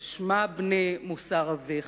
שמע, בני, מוסר אביך.